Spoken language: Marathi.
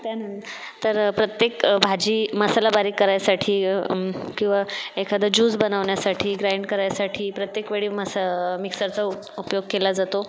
त्या नंतर प्रत्येक भाजी मसाला बारीक करायसाठी किंवा एखादं ज्यूस बनवण्यासाठी ग्रँड करायसाठी प्रत्येकवेळी मस मिक्सरचा उपयोग केला जातो